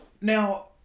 now